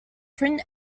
print